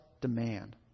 demand